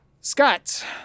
Scott